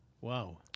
Wow